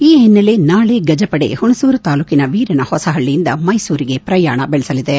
ಈ ಹಿನ್ನೆಲೆ ನಾಳೆ ಗಜಪಡೆ ಹುಣಸೂರು ತಾಲೂಕಿನ ವೀರನಹೊಸಹಳ್ಳಿಯಿಂದ ಮೈಸೂರಿಗೆ ಪ್ರಯಾಣ ಬೆಳೆಸಲಿವೆ